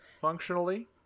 functionally